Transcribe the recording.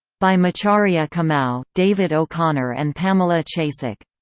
by macharia kamau, david o'connor and pamela chasek.